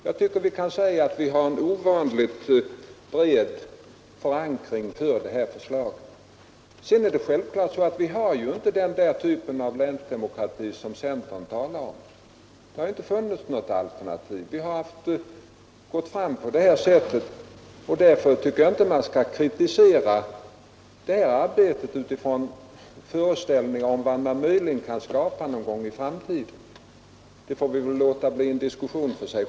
Jag tycker vi kan säga att vi har en ovanligt bred förankring för detta förslag. Sedan är det självfallet så att vi inte har den där typen av länsdemokrati som centern talar om. Det har inte funnits något alternativ, och vi har alltså gått fram på det sätt jag beskrivit. Därför tycker jag inte man skall kritisera arbetet utifrån föreställningar om vad man möjligen kan få någon gång i en oviss framtid. Det får vi väl låta bli en diskussion för sig.